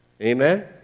Amen